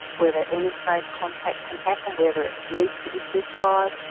whether any safe contact can happen, whether it needs to be supervised,